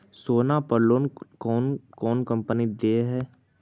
सोना पर लोन कौन कौन कंपनी दे है?